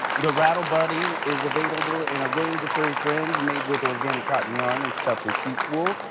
the rattle buddy is available in a range of furry friends made with organic cotton yard and stuffed with sheep's wool,